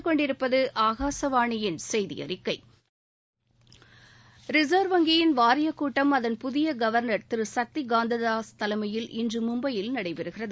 ரின்வ் வங்கியின் வாரியக் கூட்டம் அதன் புதிய கவர்னர் திரு சக்தி காந்த தாஸ் தலைமையில் இன்று மும்பையில் நடைபெறுகிறது